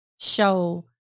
show